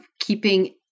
keeping